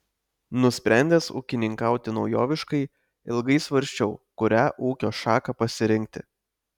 nusprendęs ūkininkauti naujoviškai ilgai svarsčiau kurią ūkio šaką pasirinkti